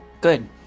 Good